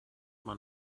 man